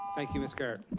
thank you ms. garrett.